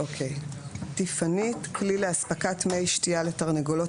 "טיפנית" כלי לאספקת מי שתייה לתרנגולות